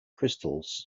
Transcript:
crystals